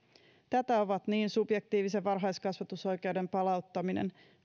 ovat niin subjektiivisen varhaiskasvatusoikeuden palauttaminen